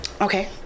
Okay